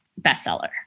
bestseller